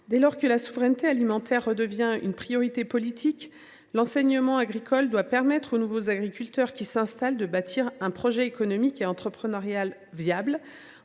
Dès lors que la souveraineté alimentaire redevient une priorité politique, l’enseignement agricole doit permettre aux nouveaux agriculteurs qui s’installent de bâtir un projet économique et entrepreneurial viable,